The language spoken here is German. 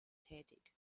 tätig